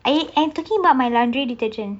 I I am talking about my laundry detergent